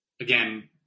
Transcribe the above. Again